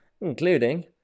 including